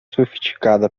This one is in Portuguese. sofisticada